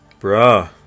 Bruh